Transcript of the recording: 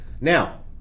Now